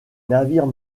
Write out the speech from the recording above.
navires